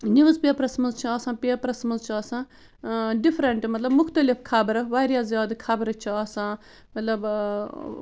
news papers منٛز چھِ آسان پیپرس منٛز چھِ آسان ڈِفرنٛٹ مطلب مختلف خبرٕ واریاہ زیادٕ خبرٕ چھِ آسان مطلب